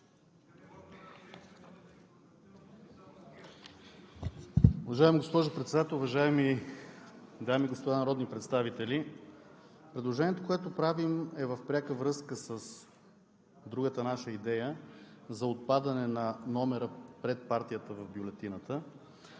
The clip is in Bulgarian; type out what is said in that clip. Уважаема госпожо Председател, уважаеми дами и господа народни представители! Предложението, което правим, е в пряка връзка с другата наша идея – за отпадане на номера пред партията в бюлетината.